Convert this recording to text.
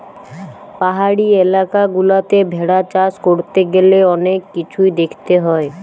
পাহাড়ি এলাকা গুলাতে ভেড়া চাষ করতে গ্যালে অনেক কিছুই দেখতে হয়